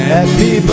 Happy